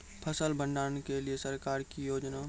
फसल भंडारण के लिए सरकार की योजना?